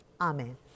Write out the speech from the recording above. Amen